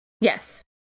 Yes